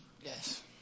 Yes